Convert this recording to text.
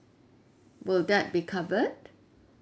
will that be covered